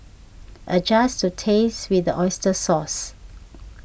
adjust to taste with the Oyster Sauce